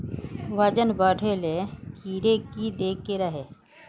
वजन बढे ले कीड़े की देके रहे?